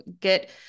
get